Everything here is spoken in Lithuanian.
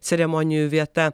ceremonijų vieta